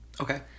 Okay